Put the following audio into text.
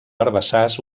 herbassars